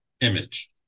image